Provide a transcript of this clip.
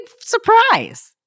surprise